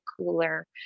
cooler